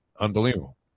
Unbelievable